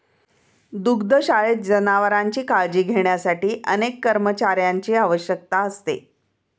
दुग्धशाळेत जनावरांची काळजी घेण्यासाठी अनेक कर्मचाऱ्यांची आवश्यकता असते